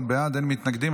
11 בעד, אין מתנגדים.